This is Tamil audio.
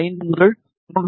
5 முதல் 3